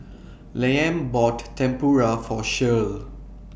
Liam bought Tempura For Shirl